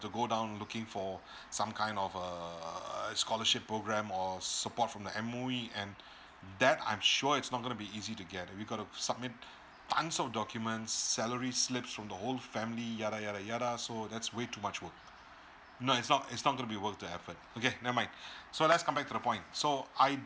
to go down looking for some kind of uh scholarship program or support from the M_O_E and that I'm sure it's not gonna be easy to get you got to submit tons of documents salary slips from the whole family yada yada yada so that's way too much work no it's not it's not going to be worth the effort okay never mind so let's come back to the point so I